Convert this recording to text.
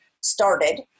started